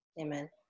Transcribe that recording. Amen